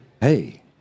Hey